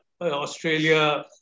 Australia